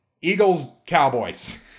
Eagles-Cowboys